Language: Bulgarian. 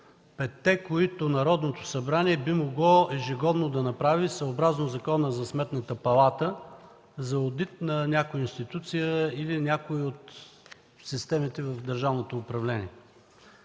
петте, които Народното събрание би могло ежегодно да направи, съобразно Закона за Сметната палата за одит на някоя институция или някои от системите в държавното управление.